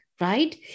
right